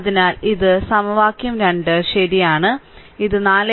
അതിനാൽ ഇത് സമവാക്യം 2 ശരിയാണ് ഇത് 4